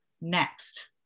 next